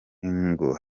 ingo